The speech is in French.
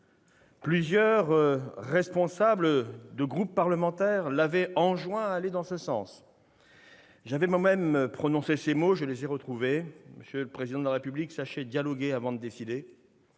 Plusieurs responsables de groupes parlementaires lui avaient enjoint d'aller dans ce sens. J'avais moi-même prononcé ces mots :« Monsieur le Président de la République, sachez dialoguer avant de décider,